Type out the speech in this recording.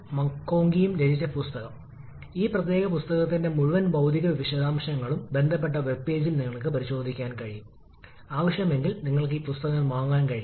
വിപുലീകരണത്തിന്റെ HP ഘട്ടം കംപ്രസ്സറിന്റെ അതേ ഷാഫ്റ്റിലാണ് സ്ഥാപിച്ചിരിക്കുന്നത് എന്നാൽ എൽപി ഘട്ടം പ്രത്യേകമാണ് അത് മ mounted ണ്ട് ചെയ്തിരിക്കുന്നു അല്ലെങ്കിൽ ജനറേറ്ററിന്റെ അതേ ഷാഫ്റ്റിലാണ്